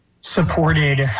supported